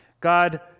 God